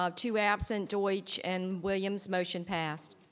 ah two absent to each, and williams motion passed.